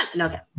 Okay